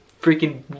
freaking